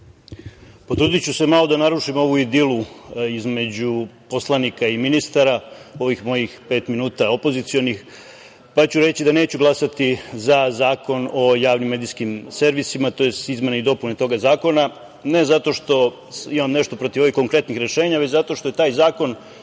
Potrudiću se malo da narušim ovu idilu između poslanika i ministara u ovih mojih pet minuta opozicionih pa ću reći da neću glasati za Zakon o javnim medijskim servisima, tj. izmene i dopune ovog zakona ne zato što imam nešto protiv ovih konkretnih rešenja, već zato što je taj zakon